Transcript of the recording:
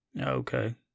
Okay